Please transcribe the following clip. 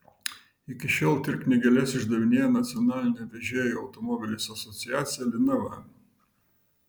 iki šiol tir knygeles išdavinėja nacionalinė vežėjų automobiliais asociacija linava